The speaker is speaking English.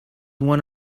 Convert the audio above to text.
one